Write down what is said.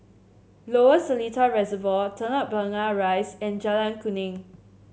Lower Seletar Reservoir Telok Blangah Rise and Jalan Kuning